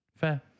Fair